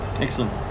Excellent